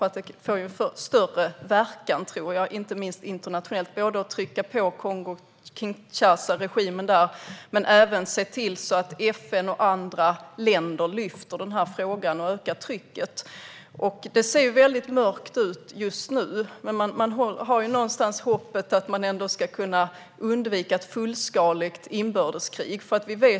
Det får större verkan inte minst internationellt att trycka på regimen i Kongo Kinshasa men även att se till att FN och andra lyfter upp frågan och ökar trycket. Det ser väldigt mörkt ut just nu, men man har ändå någonstans hoppet att ett fullskaligt inbördeskrig ska kunna undvikas.